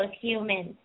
humans